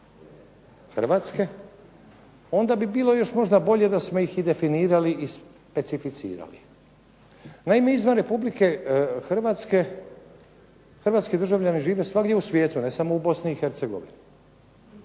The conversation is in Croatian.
Hrvatske, onda bi bilo još možda bolje da smo ih i definirali i specificirali. Naime izvan Republike Hrvatske hrvatski državljani žive svagdje u svijetu, ne samo u Bosni i Hercegovini,